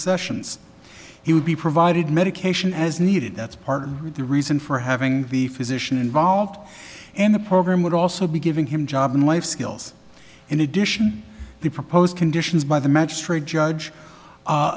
sessions he would be provided medication as needed that's part of the reason for having the physician involved in the program would also be giving him job and life skills in addition the proposed conditions by the magistrate judge a